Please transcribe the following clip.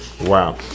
wow